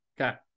Okay